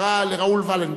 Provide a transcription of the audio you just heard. באזכרה לראול ולנברג.